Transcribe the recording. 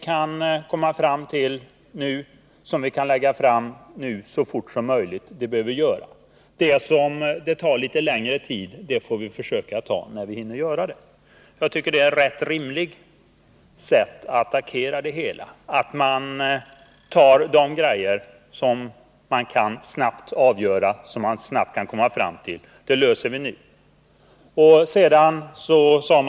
Vad som kan göras nu bör vi också genast sätta i gång med. Det som tar litet längre tid får vi försöka ta itu med när vi hinner. Jag tycker att detta är ett rimligt sätt att gripa sig an problemen, dvs. man klarar redan nu de saker som snabbt kan avgöras.